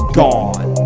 gone